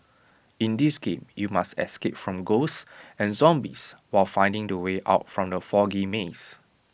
in this game you must escape from ghosts and zombies while finding the way out from the foggy maze